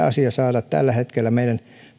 asia on saada tällä hetkellä meidän